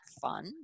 fun